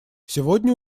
сегодня